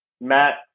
Matt